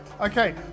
Okay